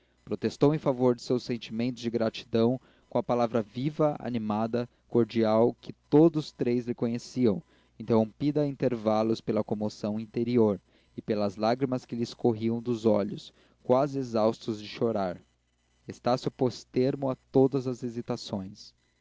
protestou em favor de seus sentimentos de gratidão com a palavra viva animada cordial que todos três lhe conheciam interrompida a intervalos pela comoção interior e pelas lágrimas que lhe escorriam dos olhos quase exaustos de chorar estácio pôs termo a todas as hesitações